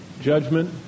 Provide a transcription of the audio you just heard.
judgment